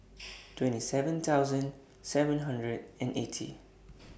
twenty seven thousand seven hundred and eighty